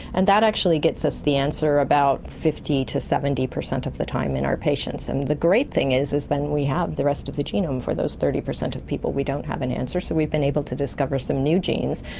and that actually gets us the answer about fifty percent to seventy percent of the time in our patients. and the great thing is is then we have the rest of the genome for those thirty percent of people we don't have an answer, so we've been able to discover some new genes.